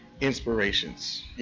inspirations